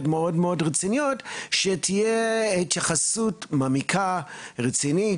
מאוד מאוד רציניות שתהיה התייחסות מעמיקה ורצינית.